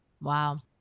Wow